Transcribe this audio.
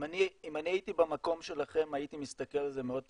אם אני הייתי במקום שלכם הייתי מסתכל על זה מאוד פשוט,